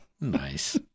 Nice